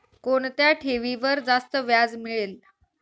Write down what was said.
कोणत्या ठेवीवर जास्त व्याज मिळेल?